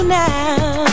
now